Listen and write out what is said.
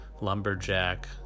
lumberjack